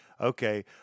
Okay